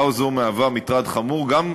הזאת, ובהחלט הציבור מתקומם.